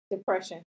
Depression